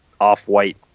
off-white